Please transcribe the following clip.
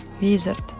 Wizard